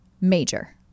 Major